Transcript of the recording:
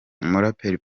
umuraperi